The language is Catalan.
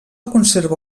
conserva